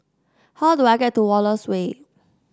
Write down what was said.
how do I get to Wallace Way